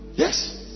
Yes